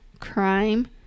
Crime